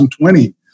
2020